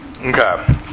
Okay